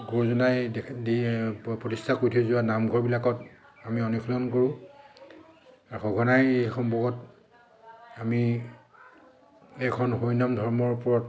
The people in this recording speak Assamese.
গুৰুজনাই দি প্ৰতিষ্ঠা কৰি থৈ যোৱা নামঘৰবিলাকত আমি অনুশীলন কৰোঁ আৰু সঘনাই সম্পৰ্কত আমি এক শৰণ হৰি নাম ধৰ্মৰ ওপৰত